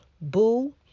boo